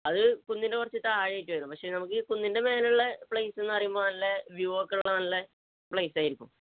അത് കുന്നിൻ്റെ കുറച്ച് താഴെയായിട്ട് വരും പക്ഷേ നമുക്ക് കുന്നിൻ്റെ മുകളിലുള്ള പ്ലേസ് എന്നുപറയുമ്പോള് നല്ല വ്യൂ ഒക്കെയുള്ള നല്ല പ്ലേസായിരിക്കും